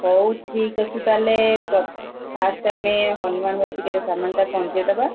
ହଉ ଠିକ୍ ଅଛି ତାହେଲେ ଫାଷ୍ଟ୍ ଆମେ ହନୁମାନ ବାଟିକାରେ ସାମାନଟା ପହଞ୍ଚେଇଦବା